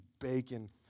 bacon